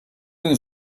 and